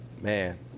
man